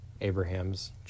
abraham's